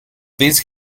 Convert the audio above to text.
these